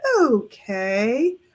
okay